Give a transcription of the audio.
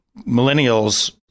millennials